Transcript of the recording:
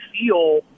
feel